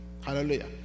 hallelujah